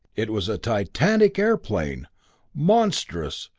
it was a titanic airplane monstrous,